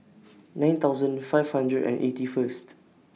nine thousand five hundred and eighty First